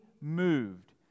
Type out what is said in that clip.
moved